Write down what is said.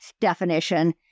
definition